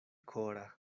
kora